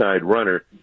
runner